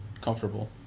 comfortable